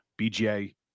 BGA